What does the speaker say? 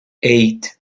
eight